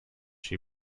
she